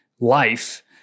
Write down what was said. life